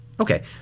Okay